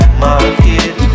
market